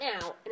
now